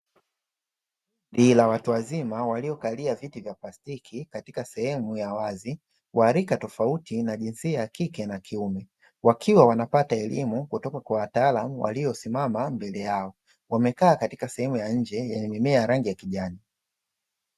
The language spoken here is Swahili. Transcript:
Kundi la watu wazima wakiokalia viti vya plastiki katika sehemu ya wazi, warika tofauti na jinsia ya kike na kiume, wakiwa wanapata elimu kutoka kwa watalamu waliosimama mbele yao wamekaa sehemu ya nje yenye mimea yenye rangi ya kijani.